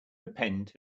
repent